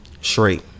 Straight